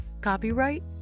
Copyright